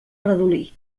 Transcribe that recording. redolí